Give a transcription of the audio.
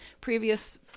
previous